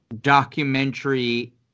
documentary